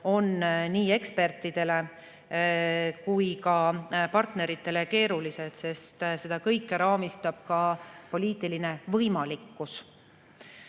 on nii ekspertidele kui ka partneritele keeruline, sest seda kõike raamistab ka poliitiline võimalikkus.